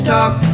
Talk